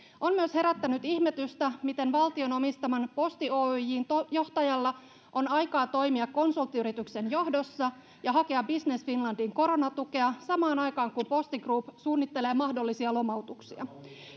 on myös herättänyt ihmetystä miten valtion omistaman posti oyjn johtajalla on aikaa toimia konsulttiyrityksen johdossa ja hakea business finlandin koronatukea samaan aikaan kun posti group suunnittelee mahdollisia lomautuksia